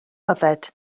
yfed